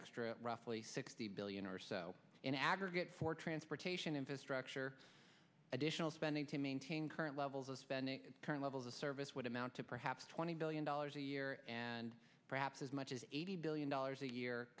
extra roughly sixty billion or so in aggregate for transportation infrastructure additional spending to maintain current levels of spending current levels of service would amount to perhaps twenty billion dollars a year and perhaps as much as eighty billion dollars a year